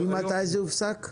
מתי זה הופסק?